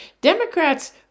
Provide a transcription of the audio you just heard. Democrats